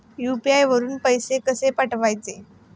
UPI वरून पैसे कसे पाठवायचे?